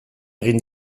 egin